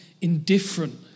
indifferent